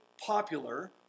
popular